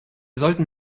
sollten